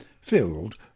filled